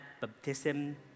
baptism